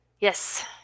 Yes